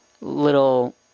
little